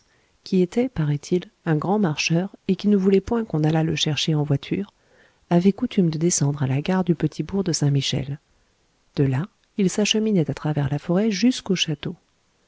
qui était paraît-il un grand marcheur et qui ne voulait point qu'on allât le chercher en voiture avait coutume de descendre à la gare du petit bourg de saint-michel de là il s'acheminait à travers la forêt jusqu'au château